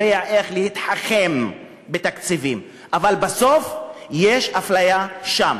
יודע איך להתחכם בתקציבים, אבל בסוף יש אפליה שם.